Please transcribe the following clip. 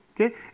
Okay